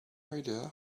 idea